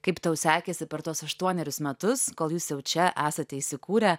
kaip tau sekėsi per tuos aštuonerius metus kol jūs jau čia esate įsikūrę